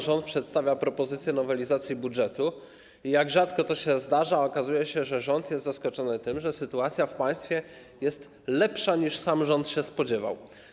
Rząd przedstawia propozycję nowelizacji budżetu i jak rzadko to się zdarza, okazuje się, że sam jest zaskoczony tym, że sytuacja w państwie jest lepsza, niż sam rząd się spodziewał.